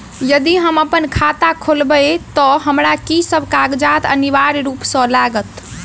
यदि हम अप्पन खाता खोलेबै तऽ हमरा की सब कागजात अनिवार्य रूप सँ लागत?